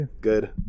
good